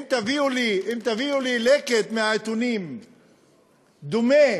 אם תביאו לי לקט מהעיתונים בדומה